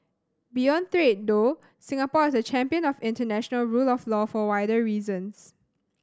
beyond trade though Singapore is a champion of international rule of law for wider reasons